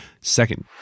Second